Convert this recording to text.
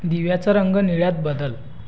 दिव्याचा रंग निळ्यात बदल